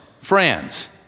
friends